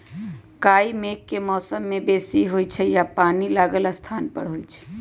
काई मेघ के मौसम में बेशी होइ छइ आऽ पानि लागल स्थान पर होइ छइ